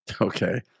Okay